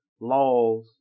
laws